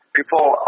People